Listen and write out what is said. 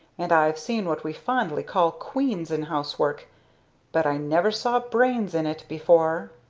and i've seen what we fondly call queens in housework but i never saw brains in it before.